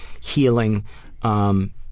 healing